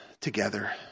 together